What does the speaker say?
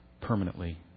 permanently